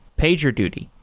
pagerduty,